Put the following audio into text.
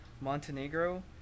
Montenegro